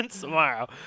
tomorrow